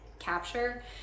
capture